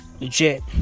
Legit